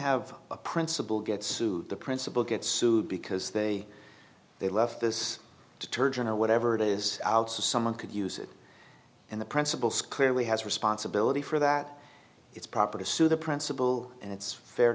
have a principle get sued the principal get sued because they they left this detergent or whatever it is out so someone could use it and the principals clearly has responsibility for that it's proper to sue the principal and it's fair